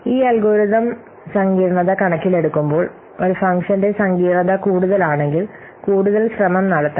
ഈ അൽഗോരിതം സങ്കീർണ്ണത കണക്കിലെടുക്കുമ്പോൾ ഒരു ഫംഗ്ഷന്റെ സങ്കീർണ്ണത കൂടുതലാണെങ്കിൽ കൂടുതൽ ശ്രമം നടത്തണം